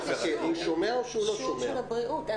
ביבס אמר שצריך אישור של משרד הבריאות.